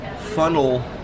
funnel